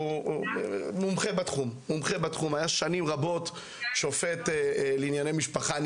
הוא מומחה בתחום והיה שנים רבות שופט לענייני משפחה.